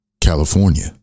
California